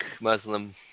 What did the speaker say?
Muslim